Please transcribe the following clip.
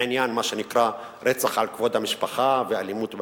מה שנקרא רצח על כבוד המשפחה ואלימות במשפחה.